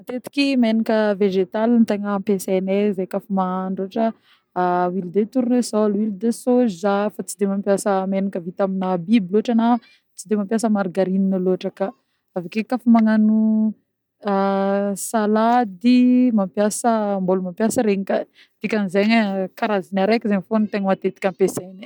Matetiky menaka végétale no tegna ampeseneh zeh koa fa mahandro ohatra: huile de tournesol, huile de soja fa tsy de mampiasa menaka vita amina biby loatra na tsy de mampiasa margarine loatra ka avy ake koa fa magnano salade mampiasa mbôla mampiasa regny koà dikan'zegny karazany areky zegny fogna no tegna matetiky ampesenay.